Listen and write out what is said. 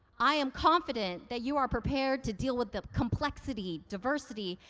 i am confident that you are prepared to deal with the complexity, diversity,